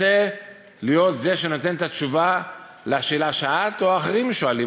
רוצה להיות זה שנותן את התשובה על השאלה שאת או אחרים שואלים,